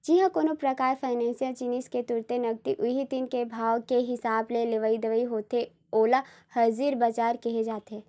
जिहाँ कोनो परकार फाइनेसियल जिनिस के तुरते नगदी उही दिन के भाव के हिसाब ले लेवई देवई होथे ओला हाजिर बजार केहे जाथे